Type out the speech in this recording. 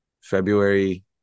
February